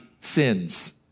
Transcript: sins